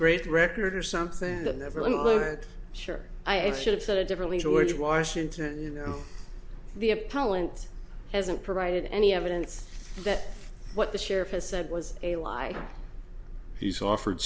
great record or something that never learned sure i should have said it differently george washington you know the appellant hasn't provided any evidence that what the sheriff has said was a lie he's offered